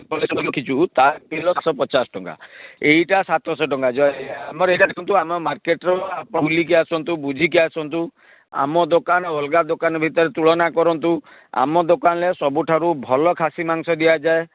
collection କରି ରଖିଛୁ ତା କିଲୋ ପଚାଶ ଟଙ୍କା ଏଇଟା ସାତଶହ ଟଙ୍କା ଯେ ଆମର ଏଇଟା ଦେଖନ୍ତୁ ଆମ ମାର୍କେଟର ବୁଲିକି ଆସନ୍ତୁ ବୁଝିକି ଆସନ୍ତୁ ଆମ ଦୋକାନ ଅଲଗା ଦୋକାନ ଭିତରେ ତୁଳନା କରନ୍ତୁ ଆମ ଦୋକାନରେ ସବୁଠାରୁ ଭଲ ଖାସି ମାଂସ ଦିଆଯାଏ